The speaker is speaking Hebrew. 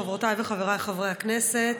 חברותיי וחבריי חברי הכנסת,